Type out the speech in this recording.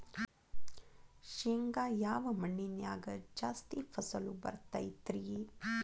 ಶೇಂಗಾ ಯಾವ ಮಣ್ಣಿನ್ಯಾಗ ಜಾಸ್ತಿ ಫಸಲು ಬರತೈತ್ರಿ?